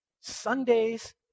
Sundays